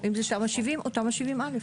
אם זה תמ"א 70 או תמ"א 70(א).